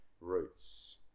roots